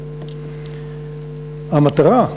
המטרה,